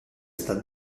sta